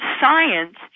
science